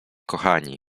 kochani